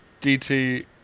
DT